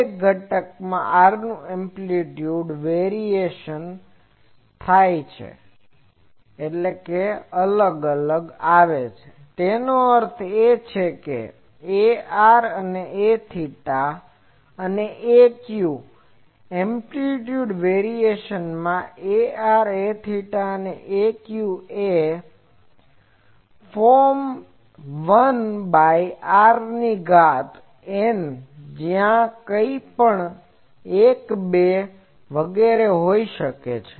દરેક ઘટકમાં R નું એમ્પ્લીટ્યુડ વેરીએશન એનો અર્થ એ Ar Aθ અને Aφ એ એમ્પ્લીટ્યુડ વેરીએશન માં Ar Aθ અને Aφ એ ફોર્મ 1 બાય r ની ઘાત n જ્યાં એન કંઈપણ 1 2 વગેરે હોઈ શકે છે